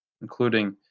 including